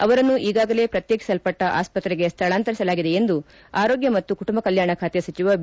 ಅವರನ್ನು ಈಗಾಗಲೇ ಪ್ರತ್ಯೇಕಿಸಲ್ಲಟ್ಟ ಆಸ್ತತ್ರೆಗೆ ಸ್ಥಳಾಂತರಿಸಲಾಗಿದೆ ಎಂದು ಆರೋಗ್ಯ ಮತ್ತು ಕುಟುಂಬ ಕಲ್ಕಾಣ ಖಾತೆ ಸಚಿವ ಬಿ